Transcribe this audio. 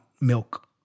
milk